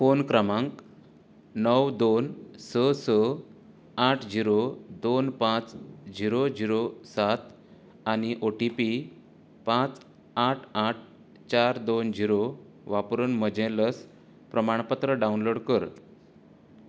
phone क्रमांक णव दोन स स आठ शुन्य दोन पांच शुन्य शुन्य सात आनी ओ टी पी पांच आठ आठ चार दोन शुन्य वापरून म्हजें लस प्रमाणपत्र डावनलोड कर